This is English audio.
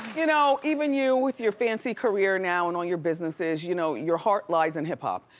you know, even you with your fancy career now and all your businesses, you know your heart lies in hiphop.